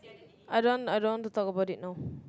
I don't want I don't want to talk about it now